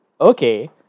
okay